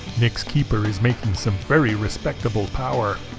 nick's keeper is making some very respectable power.